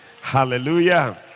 Hallelujah